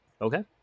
Okay